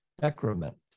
decrement